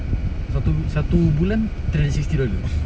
satu satu bulan three hundred sixty dollars